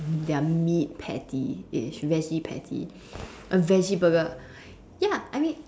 their meat patties it is Veggie patty a Veggie Burger ya I mean